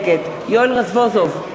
נגד יואל רזבוזוב,